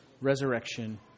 resurrection